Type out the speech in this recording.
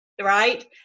right